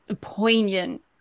poignant